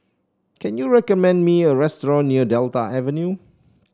can you recommend me a restaurant near Delta Avenue